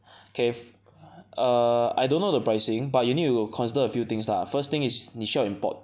okay err I don't know the pricing but you need to consider a few things lah first thing is 你需要 import